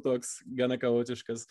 toks gana chaotiškas